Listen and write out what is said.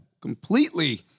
completely